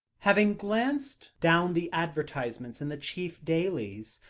having glanced down the advertisements in the chief dailies,